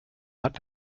hat